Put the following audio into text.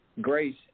Grace